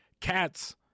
cats